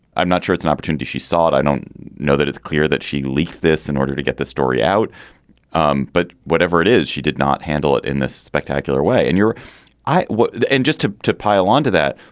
i'm not sure it's an opportunity. she saw it. i don't know that it's clear that she leaked this in order to get the story out um but whatever it is, she did not handle it in this spectacular way in your eye. and just to to pile on to that,